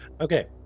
okay